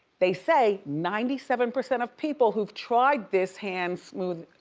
they say ninety seven percent of people who've tried this hand smooth,